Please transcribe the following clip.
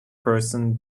person